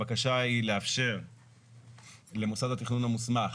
הבקשה היא לאפשר למוסד התכנון המוסמך